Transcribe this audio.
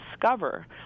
discover